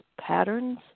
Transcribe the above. patterns